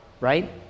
right